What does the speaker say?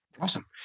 Awesome